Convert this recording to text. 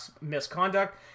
Misconduct